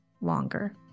longer